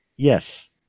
Yes